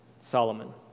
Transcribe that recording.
Solomon